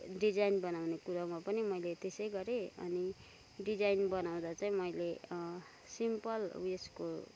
design बनाउने कुरोमा पनि मैले त्यसै गरेँ अनि डिजाइन बनाउँदा चाहिँ मैले सिम्पल उयेसको